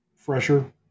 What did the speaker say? fresher